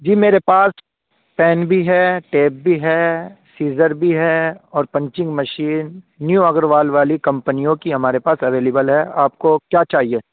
جی میرے پاس پین بھی ہے ٹیپ بھی ہے سیزر بھی ہے اور پنچنگ مشین نیو اگروال والی کمپنیوں کی ہمارے پاس اویلیبل ہے آپ کو کیا چاہیے